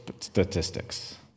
statistics